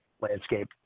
landscape